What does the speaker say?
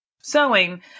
sewing